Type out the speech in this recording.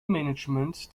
management